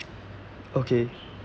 okay